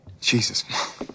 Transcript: Jesus